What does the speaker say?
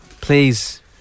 please